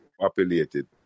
populated